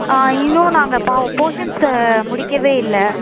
ஆ இன்னும் நாங்கள் பாவ் போர்ஷன்ஸ முடிக்கவே இல்லை